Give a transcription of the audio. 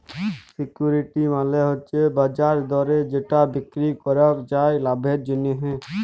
security মালে হচ্যে বাজার দরে যেটা বিক্রি করাক যায় লাভের জন্যহে